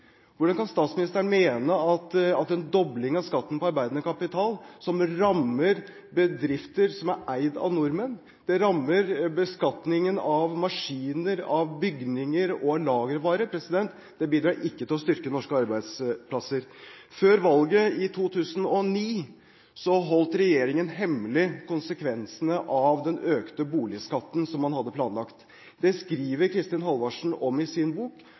Hvordan kan statsministeren mene det, når dobling av skatten på arbeidende kapital er noe som rammer bedrifter som er eid av nordmenn, og når det rammer beskatningen av maskiner, bygninger og lagervare? Det bidrar ikke til å styrke norske arbeidsplasser. Før valget i 2009 holdt regjeringen hemmelig konsekvensene av den økte boligskatten som man hadde planlagt. Kristin Halvorsen skriver i sin bok